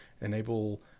enable